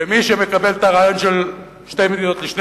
ומי שמקבל את הרעיון של שתי מדינות לשני